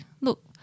look